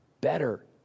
better